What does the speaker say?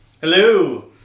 Hello